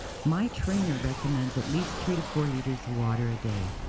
my trainer recommends at least three to four litres of water a day.